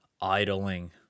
idling